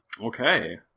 Okay